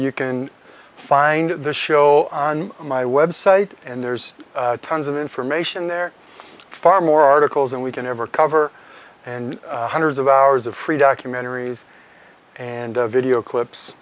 you can find the show on my website and there's tons of information there far more articles and we can ever cover and hundreds of hours of free documentaries and video clips